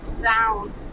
down